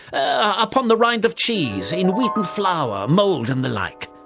upon the rind of cheese, in wheaten flour, mould, and the like.